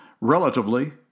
relatively